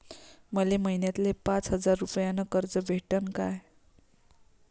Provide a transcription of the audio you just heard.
मले महिन्याले पाच हजार रुपयानं कर्ज भेटन का?